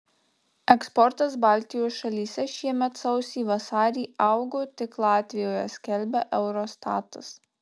eksportas baltijos šalyse šiemet sausį vasarį augo tik latvijoje skelbia eurostatas